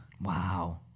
Wow